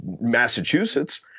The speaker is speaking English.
Massachusetts